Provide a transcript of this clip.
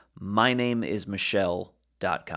mynameismichelle.com